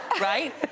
right